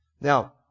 Now